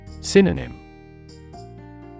Synonym